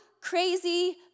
crazy